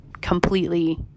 completely